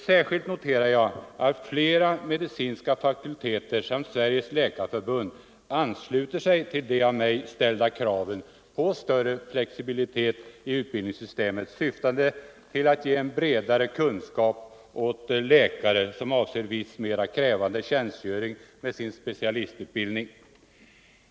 Särskilt noterar jag att flera medicinska fakulteter samt Sveriges läkarförbund ansluter sig till de av mig ställda kraven på större flexibilitet i utbildningssystemet syftande till att ge en bredare kunskap åt läkare som avser viss mera krävande tjänstgöring med sin specialistutbildning.